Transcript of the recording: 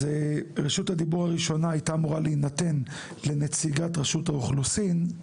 אז רשות הדיבור הראשונה הייתה אמורה להינתן לנציגת רשות האוכלוסין,